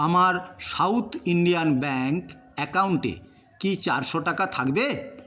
আমার South Indian bank অ্যাকাউন্টে কি চারশো টাকা থাকবে